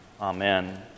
Amen